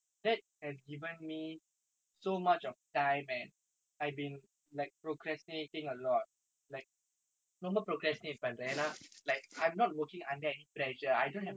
I've been like procrastinating a lot like normal procrastinate but then ah like I'm not working under any pressure I don't have to work my my parents gave me money